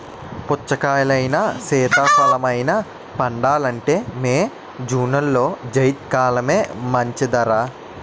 పుచ్చకాయలైనా, సీతాఫలమైనా పండాలంటే మే, జూన్లో జైద్ కాలమే మంచిదర్రా